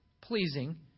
pleasing